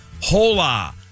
Hola